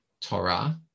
Torah